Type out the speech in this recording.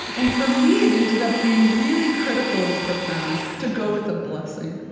and for me, it ended up being really critical and profound to go with a blessing